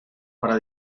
para